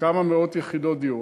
כמה מאות יחידות דיור.